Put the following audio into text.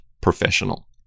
professional